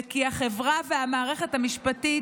וכי החברה והמערכת המשפטית